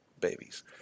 babies